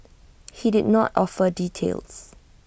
he did not offer details